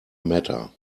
matter